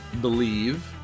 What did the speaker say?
Believe